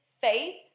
faith